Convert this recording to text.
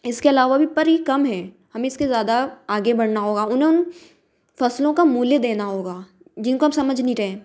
इसके अलावा भी पर यह कम है हमें इसके ज़्यादा आगे बढ़ना होगा उन्हें हम फसलों का मूल्य देना होगा जिनको हम समझ नहीं रहे